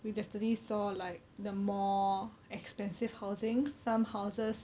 we definitely saw like the more expensive housing some houses